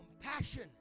Compassion